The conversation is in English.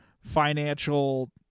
financial